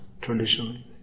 traditionally